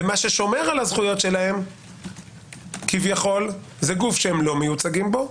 ומה ששומר על הזכויות שלהם כביכול זה גוף שהם לא מיוצגים בו,